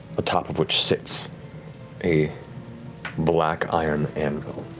top of which sits a black iron anvil.